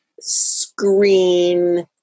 screen